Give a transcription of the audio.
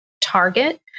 target